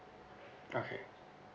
okay